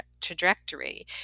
trajectory